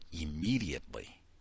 immediately